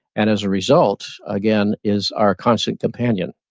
and as a result again is our constant companion.